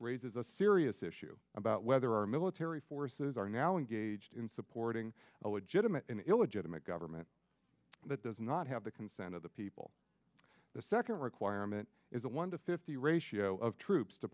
raises a serious issue about whether our military forces are now engaged in supporting a legitimate and illegitimate government that does not have the consent of the people the second requirement is a wonder if if the ratio of troops to